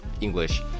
English